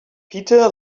peter